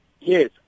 Yes